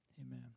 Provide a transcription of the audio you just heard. Amen